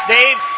Dave